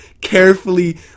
carefully